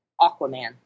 Aquaman